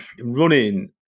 running